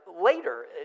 later